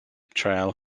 trail